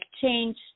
change